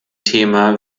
thema